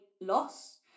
loss